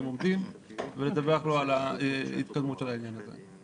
עומדים ולדווח לו על ההתקדמות של העניין הזה.